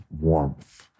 warmth